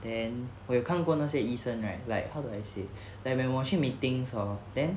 then 我有看过那些医生 right like how do I say that when 我去 meetings hor then